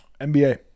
NBA